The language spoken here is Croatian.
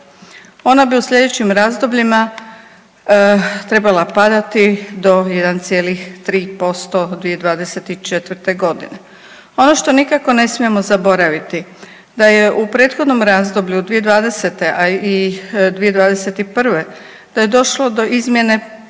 Ona bi u sljedećim razdobljima trebala padati do 1,3% 2024.g. Ono što nikako ne smijemo zaboraviti da je u prethodnom razdoblju 2020. a i 2021. da je došlo do izmjene